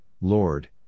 Lord